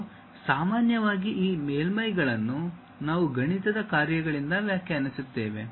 ಮತ್ತು ಸಾಮಾನ್ಯವಾಗಿ ಈ ಮೇಲ್ಮೈಗಳನ್ನು ನಾವು ಗಣಿತದ ಕಾರ್ಯಗಳಿಂದ ವ್ಯಾಖ್ಯಾನಿಸುತ್ತೇವೆ